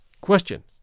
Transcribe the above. Question